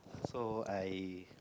so I